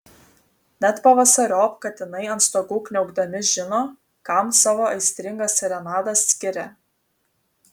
net pavasariop katinai ant stogų kniaukdami žino kam savo aistringas serenadas skiria